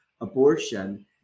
abortion